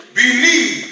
believe